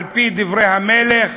על-פי דברי המלך,